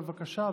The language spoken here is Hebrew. בבקשה,